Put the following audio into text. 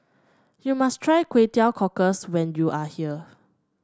you must try Kway Teow Cockles when you are here